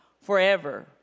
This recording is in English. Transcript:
forever